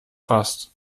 fast